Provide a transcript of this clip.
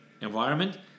environment